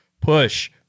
push